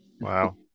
Wow